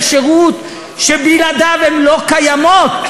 זה שירות שבלעדיו הן לא קיימות,